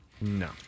No